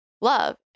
love